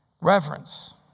Reverence